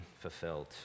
fulfilled